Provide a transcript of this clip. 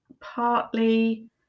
partly